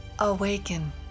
Awaken